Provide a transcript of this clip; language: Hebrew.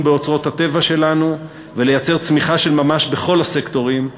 בהוצאות הטבע שלנו ולייצר צמיחה של ממש בכל הסקטורים,